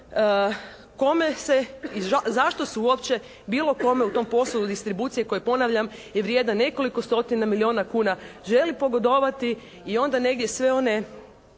kome se i zašto su uopće bilo kome u tom poslu distribucije, koje ponavljam je vrijedna nekoliko stotina milijuna kuna, želi pogodovati i onda negdje sve one